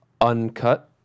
uncut